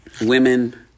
women